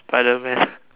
spiderman